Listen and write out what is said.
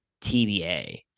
tba